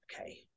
Okay